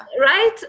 Right